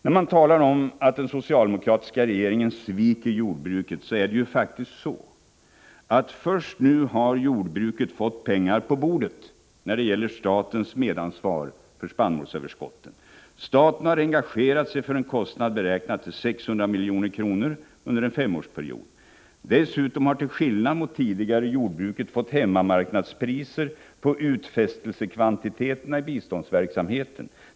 När man talar om att den socialdemokratiska regeringen sviker jordbruket, så vill jag säga att det ju faktiskt är så, att jordbruket först nu har fått pengar på bordet då det gäller statens medansvar för spannmålsöverskottet. Staten har engagerat sig för en kostnad, beräknad till 600 milj.kr. under en femårsperiod. Dessutom har, till skillnad mot vad som tidigare var fallet, jordbruket fått hemmamarknadspriser på utfästelsekvantiteterna i biståndsverksamheten.